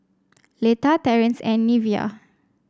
Letta Terance and Neveah